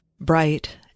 bright